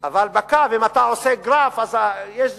אבל בקו, אם אתה עושה גרף, אז יש זיגזוגים,